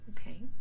Okay